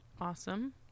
Awesome